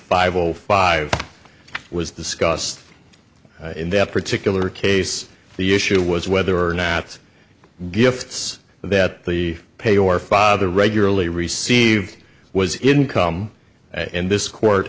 five zero five was discussed in that particular case the issue was whether or not gifts that the pay your father regularly received was income and this court